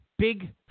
Big